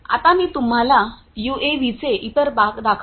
आता मी तुम्हाला यूएव्हीचे इतर भाग दाखवतो